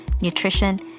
nutrition